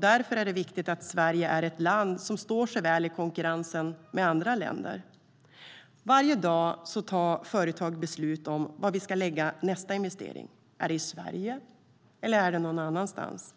Därför är det viktigt att Sverige är ett land som står sig väl i konkurrensen med andra länder. Varje dag tar företag beslut om var de ska lägga nästa investering. Är det i Sverige, eller är det någon annanstans?